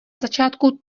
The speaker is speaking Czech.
začátku